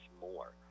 more